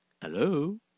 Hello